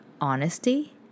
honesty